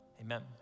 amen